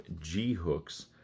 G-hooks